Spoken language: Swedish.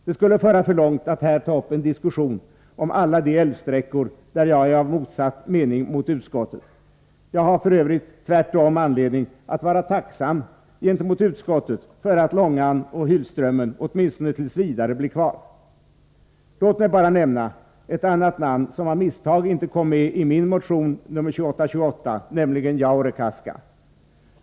Det skulle föra för långt att här ta upp en diskussion om alla de älvsträckor där jag är av motsatt mening mot utskottet; jag har f. ö. tvärtom anledning att vara tacksam för att Långan och Hylströmmen åtminstone t. v. blir kvar. Låt mig bara nämna ett annat namn, som av misstag inte kom med i min motion nr 2828, nämligen Jaurekaska.